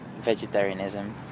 vegetarianism